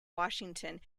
washington